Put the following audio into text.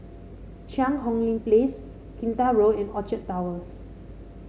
Cheang Hong Lim Place Kinta Road and Orchard Towers